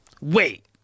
Wait